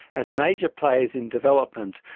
as major players in development.